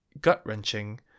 gut-wrenching